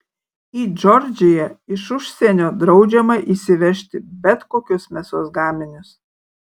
į džordžiją iš užsienio draudžiama įsivežti bet kokius mėsos gaminius